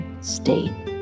state